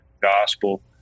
gospel